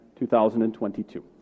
2022